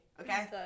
okay